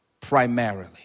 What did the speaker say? Primarily